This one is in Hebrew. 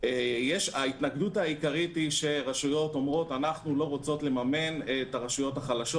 ההתנגדות העיקרית היא שרשויות לא רוצות לממן את הרשויות החלשות.